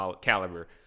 caliber